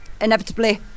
inevitably